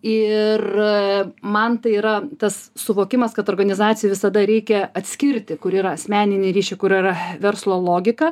ir man tai yra tas suvokimas kad organizacijoj visada reikia atskirti kur yra asmeniniai ryšiai kur yra verslo logika